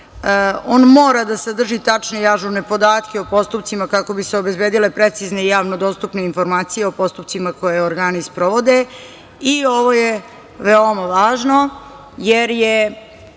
On mora da sadrži tačne i ažurne podatke o postupcima kako bi se obezbedile precizne i javno dostupne informacije o postupcima koje organi sprovode. Ovo je veoma važno, jer je